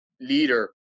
leader